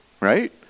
right